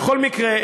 בכל מקרה,